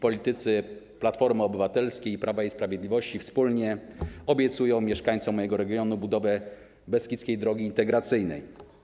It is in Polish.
Politycy Platformy Obywatelskiej oraz Prawa i Sprawiedliwości wspólnie obiecują mieszkańcom mojego regionu budowę Beskidzkiej Drogi Integracyjnej.